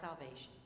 salvation